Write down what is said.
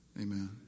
amen